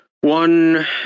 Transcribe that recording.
One